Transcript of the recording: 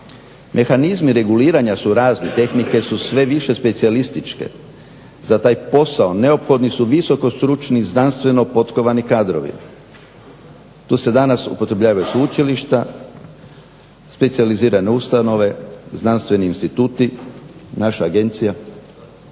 Mehanizmi reguliranja su razni, tehnike su sve više specijalističke. Za taj posao neophodni su visoko stručni i znanstveno potkovani kadrovi. Tu se danas upotrebljavaju sveučilišta, specijalizirane ustanove, znanstveni instituti, naša Agencija.